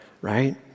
right